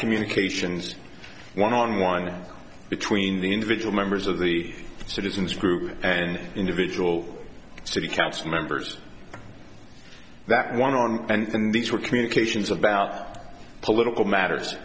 communications one on one between the individual members of the citizens group and individual city council members that want on and these were communications about political matters